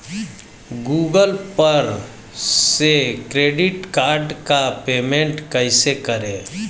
Google पर से credit card का पेमेंट कैसे करें?